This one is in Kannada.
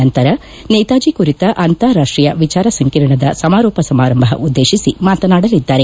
ನಂತರ ನೇತಾಜಿ ಕುರಿಕ ಅಂತಾರಾಷ್ಲೀಯ ವಿಚಾರ ಸಂಕಿರಣದ ಸಮಾರೋಪ ಸಮಾರಂಭ ಉದ್ದೇಶಿಸಿ ಮಾತನಾಡಲಿದ್ದಾರೆ